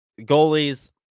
goalies